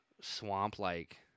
swamp-like